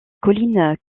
collines